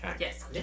Yes